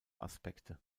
aspekte